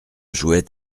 jouaient